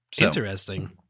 Interesting